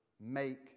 make